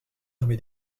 armée